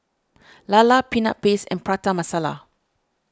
Lala Peanut Paste and Prata Masala